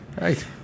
Right